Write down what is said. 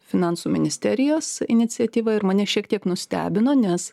finansų ministerijos iniciatyva ir mane šiek tiek nustebino nes